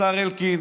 השר אלקין